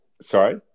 Sorry